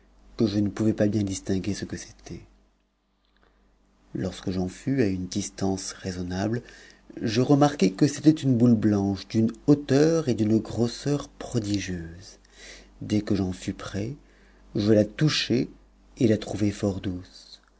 que je ne pouvais pas bien distinguer ce que c'était lorsque j'en fus à une distance raisonnable je remarquai que c'était uue boule blanche d'une hauteur et d'une grosseur prodigieuses dès que en fus près je la touchai et la trouvai fort douce